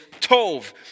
tov